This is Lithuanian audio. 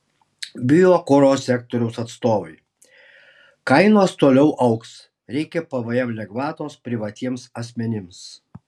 biokuro sektoriaus atstovai kainos toliau augs reikia pvm lengvatos privatiems asmenims